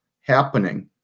happening